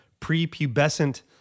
prepubescent